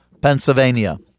Pennsylvania